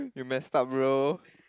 you messed up bro